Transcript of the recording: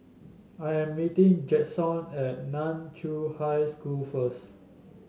I am meeting Jaxon at Nan Chiau High School first